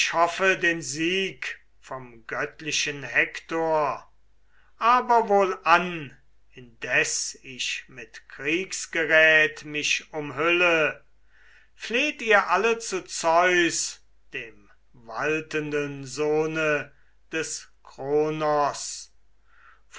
den sieg vom göttlichen hektor aber wohlan indes ich mit kriegsgerät mich umhülle fleht ihr alle zu zeus dem waltenden sohne des kronos